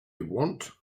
want